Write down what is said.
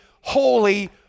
holy